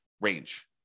range